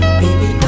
baby